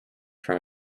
from